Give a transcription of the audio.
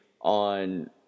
on